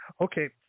Okay